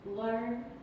Learn